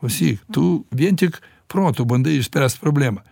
klausyk tu vien tik protu bandai išspręst problemą